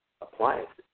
appliances